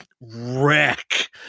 Wreck